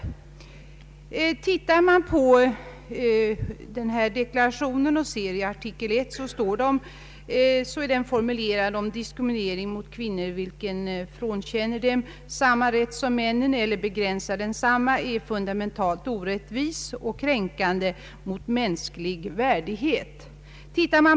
Artikel 1 i deklarationen säger att diskriminering mot kvinnor, ”vilken frånkänner dem samma rätt som männen eller begränsar densamma, är fundamentalt orättvis och kränkande mot mänsklig värdighet”.